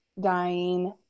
dying